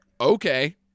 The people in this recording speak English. Okay